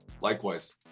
Likewise